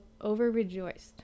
overrejoiced